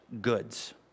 goods